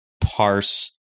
parse